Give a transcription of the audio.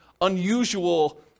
unusual